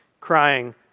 crying